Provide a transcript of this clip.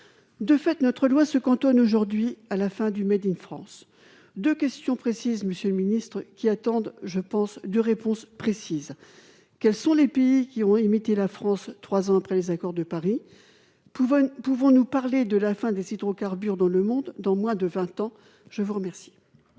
de fait notre loi se cantonne aujourd'hui à la fin du Made in France 2 questions précises, monsieur le ministre, qui attendent, je pense, de réponse précise quels sont les pays qui ont imité la France 3 ans après les accords de Paris, pouvons nous pouvons-nous parler de la fin des hydrocarbures dans le monde, dans moins de 20 ans, je vous remercie.